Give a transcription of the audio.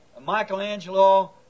Michelangelo